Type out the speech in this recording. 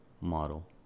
model